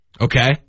Okay